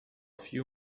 few